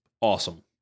awesome